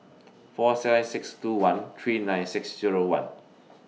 four seven six two one three nine six Zero one